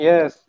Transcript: Yes